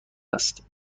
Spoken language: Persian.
است